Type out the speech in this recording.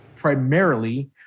primarily